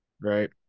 Right